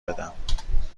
بدم